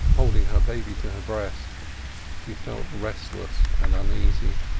holding her baby to her breast she felt restless and uneasy.